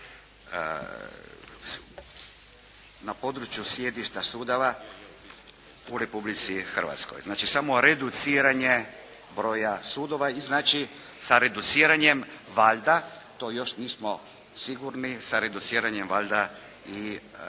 na području sjedišta sudova u Republici Hrvatskoj. Znači samo reduciranje broja sudova i znači sa reduciranjem valjda to još nismo sigurni, sa reduciranjem valjda i